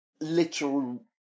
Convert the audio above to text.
literal